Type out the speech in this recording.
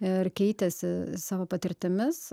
ir keitėsi savo patirtimis